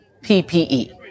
PPE